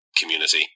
community